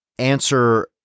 answer